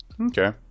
okay